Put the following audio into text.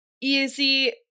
easy